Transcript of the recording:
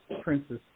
princess